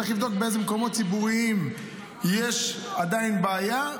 צריך לבדוק באיזה מקומות ציבוריים יש עדיין בעיה,